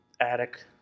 attic